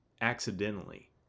accidentally